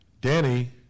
Danny